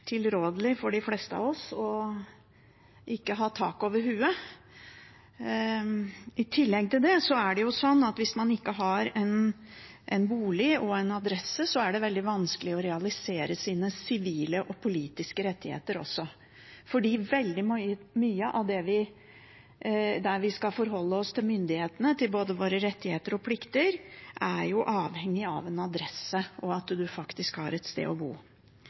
tilrådelig for de fleste av oss ikke å ha tak over hodet. I tillegg er det sånn at hvis man ikke har en bolig og en adresse, er det også veldig vanskelig å realisere sine sivile og politiske rettigheter, for når vi skal forholde oss til myndighetene, er veldig mye, både våre rettigheter og plikter, avhengig av en adresse og at man faktisk har et sted å bo.